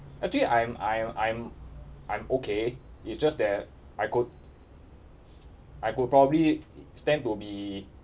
actually I'm I'm I'm I'm okay it's just that I could I could probably stand to be